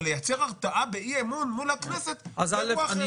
אבל לייצר הרתעה באי-אמון מול הכנסת זה אירוע אחר.